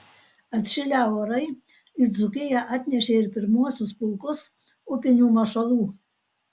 atšilę orai į dzūkiją atnešė ir pirmuosius pulkus upinių mašalų